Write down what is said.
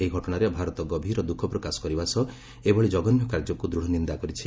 ଏହି ଘଟଣାରେ ଭାରତ ଗଭୀର ଦୁଃଖ ପ୍ରକାଶ କରିବା ସହ ଏଭଳି କଘନ୍ୟ କାର୍ଯ୍ୟକୁ ଦୃତ୍ ନିନ୍ଦା କରିଛି